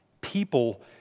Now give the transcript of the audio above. people